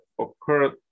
occurred